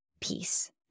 peace